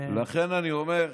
לכן אני אומר,